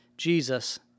Jesus